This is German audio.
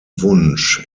wunsch